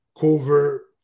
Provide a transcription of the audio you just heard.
cover